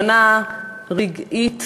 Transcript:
הבנה רגעית